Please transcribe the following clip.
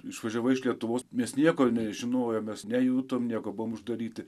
išvažiavai iš lietuvos mes nieko nežinojom mes nejutom nieko buvom uždaryti